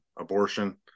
abortion